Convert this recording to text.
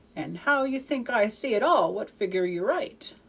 and how you think i see at all what figger you write